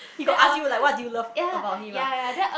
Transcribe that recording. he got ask you like what do you love about him ah